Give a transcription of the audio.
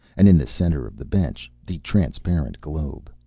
and in the center of the bench the transparent globe,